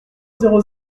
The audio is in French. zéro